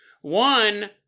One